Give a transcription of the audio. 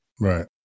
Right